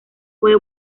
puede